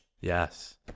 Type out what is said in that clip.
Yes